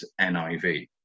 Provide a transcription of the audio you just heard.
niv